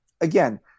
again